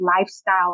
lifestyle